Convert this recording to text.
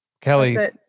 Kelly